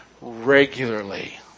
regularly